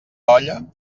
olla